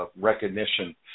recognition